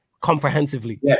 comprehensively